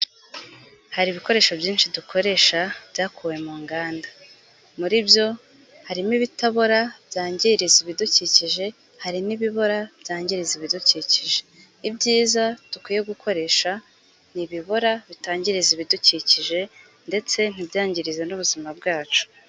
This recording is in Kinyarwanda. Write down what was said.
Hari ibikoresho byinshi dukoresha byakuwe mu nganda, muri byo harimo ibitabora byangiriza ibidukikije, hari n'ibibora byangiza ibidukikije, ibyiza dukwiye gukoresha ni ibibora bitangiriza ibidukikije ndetse ntibyangirize n'ubuzima bwacu.